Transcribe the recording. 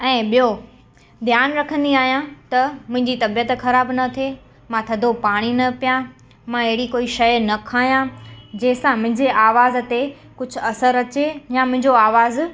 ऐं ॿियो ध्यानु रखंदी आहियां त मुंहिंजी तबीअत ख़राब न थिए मां थधो पाणी न पिया मां अहिड़ी कोई शइ न खायां जंहिंसां मुंहिंजे आवाज़ ते कुझु असरु अचे या मुंहिंजो आवाज़ु